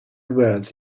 words